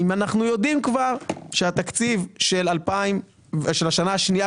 אם אנחנו יודעים כבר שהתקציב של השנה השנייה